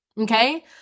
Okay